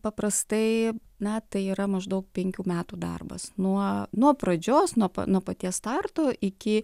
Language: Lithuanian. paprastai metai yra maždaug penkių metų darbas nuo nuo pradžios nuo nuo paties starto iki